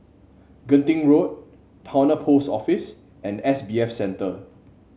Genting Road Towner Post Office and S B F Center